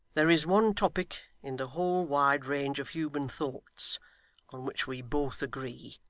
there is one topic in the whole wide range of human thoughts on which we both agree.